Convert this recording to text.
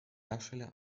hersteller